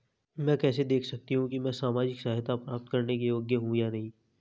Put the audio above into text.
मैं कैसे देख सकती हूँ कि मैं सामाजिक सहायता प्राप्त करने के योग्य हूँ या नहीं?